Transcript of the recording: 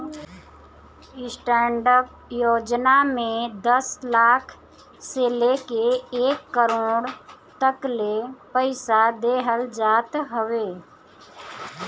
stand up योजना में दस लाख से लेके एक करोड़ तकले पईसा देहल जात हवे